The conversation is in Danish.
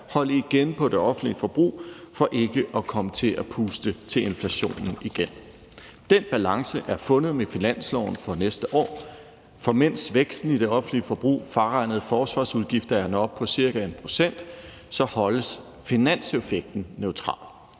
holde igen på det offentlige forbrug for ikke at komme til at puste til inflationen igen. Den balance er fundet med finansloven for næste år, for mens væksten i det offentlige forbrug fraregnet forsvarsudgifter er nået op på ca. 1 pct., så holdes finanseffekten neutral.